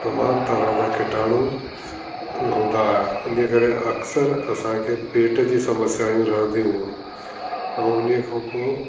तमामु तरह जा कीटाणु हूंदा हुआ इनजे करे अक़्सरि असांखे पेट जी समस्या रहंदी हुयूं ऐं उन खां पोइ